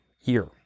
year